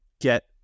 get